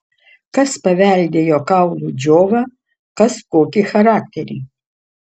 kas paveldėjo kaulų džiovą kas kokį charakterį